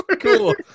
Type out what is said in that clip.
Cool